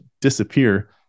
disappear